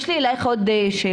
יש לי אלייך עוד שאלה.